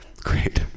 Great